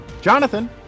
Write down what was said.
Jonathan